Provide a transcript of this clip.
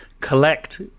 collect